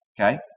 Okay